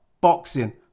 boxing